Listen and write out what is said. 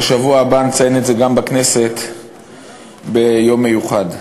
בשבוע הבא נציין את זה גם בכנסת ביום מיוחד.